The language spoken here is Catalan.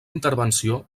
intervenció